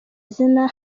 izina